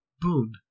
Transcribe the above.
boon